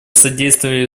содействовали